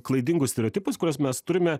klaidingus stereotipus kuriuos mes turime